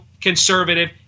conservative